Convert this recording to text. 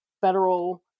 federal